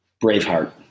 Braveheart